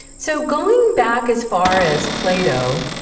so going back as far as plato,